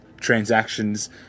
transactions